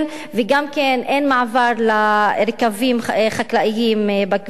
וגם אין מעבר לרכבים חקלאיים בכביש,